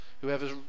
whoever's